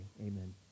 Amen